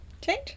change